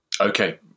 Okay